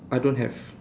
I don't have